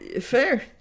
Fair